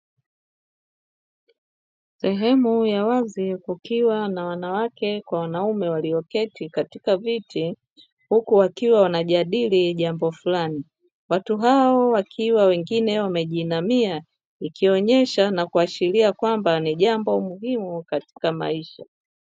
Sehemu ya wazi, kukiwa na wanawake kwa wanaume walioketi katika viti, huku wakiwa wanajadili jambo fulani. Watu hao wakiwa wengine wamejiinamia, ikionyesha na kuashiria kwamba ni jambo muhimu katika maisha.